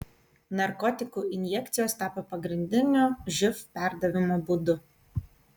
narkotikų injekcijos tapo pagrindiniu živ perdavimo būdu